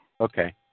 Okay